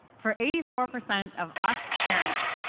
for eighty four percent of us parents,